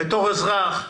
כאזרח,